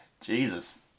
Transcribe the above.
Jesus